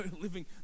living